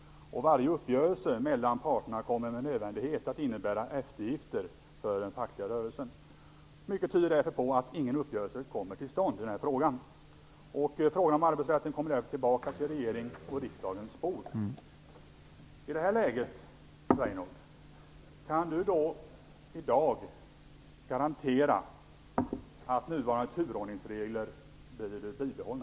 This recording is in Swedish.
Varje uppgörelse mellan parterna kommer med nödvändighet att innebära eftergifter för den fackliga rörelsen. Mycket tyder därför på att ingen uppgörelse kommer till stånd i denna fråga. Frågan om arbetsrätten kommer därför tillbaka till regeringens och riksdagens bord. Kan Reynoldh Furustrand i dag, i detta läge, garantera att nuvarande turordningsregler blir bibehållna?